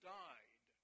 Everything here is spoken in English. died